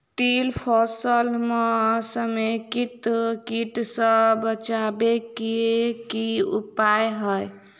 तिल फसल म समेकित कीट सँ बचाबै केँ की उपाय हय?